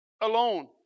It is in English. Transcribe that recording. alone